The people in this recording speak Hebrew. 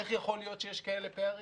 איך יכול להיות שיש כאלה הפערים?